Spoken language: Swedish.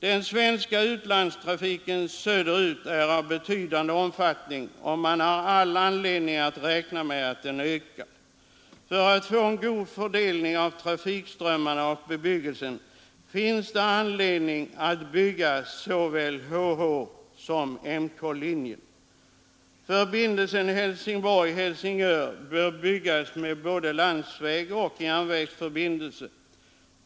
Den svenska utlandstrafiken söderut är av betydande omfattning, och man har all anledning att räkna med att den skall öka. För att få en god fördelning av trafikströmmarna och bebyggelsen finns det anledning att bygga såväl HH som MK-linjen. Förbindelsen Helsingborg-Helsingör bör byggas med både landsvägsoch järnvägsförbindelse.